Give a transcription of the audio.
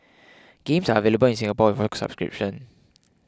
games are available in Singapore with a subscription